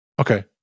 Okay